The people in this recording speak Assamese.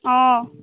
অ